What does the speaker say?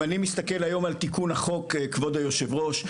אם אני מסתכל היום על תיקון החוק כבוד יושב הראש.